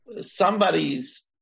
somebody's